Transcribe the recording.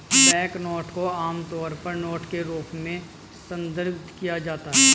banknote को आमतौर पर नोट के रूप में संदर्भित किया जाता है